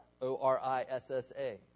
O-R-I-S-S-A